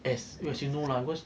as long as you know lah because